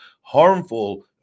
harmful